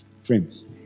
Friends